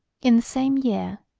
in the same year,